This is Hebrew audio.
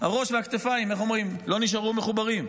הראש והכתפיים, איך אומרים, לא נשארו מחוברים.